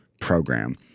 program